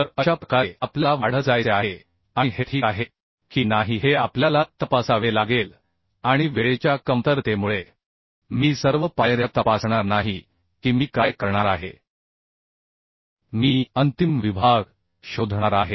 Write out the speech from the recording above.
तर अशा प्रकारे आपल्याला वाढत जायचे आहे आणि हे ठीक आहे की नाही हे आपल्याला तपासावे लागेल आणि वेळेच्या कमतरतेमुळे मी सर्व पायऱ्या तपासणार नाही की मी काय करणार आहे मी अंतिम विभाग शोधणार आहे